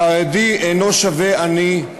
חרדי אינו שווה עני,